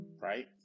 right